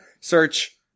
search